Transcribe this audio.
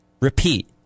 Repeat